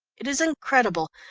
it is incredible,